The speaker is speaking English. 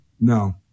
No